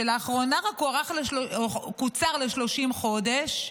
שרק לאחרונה קוצר ל-30 חודש,